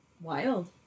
wild